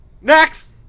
Next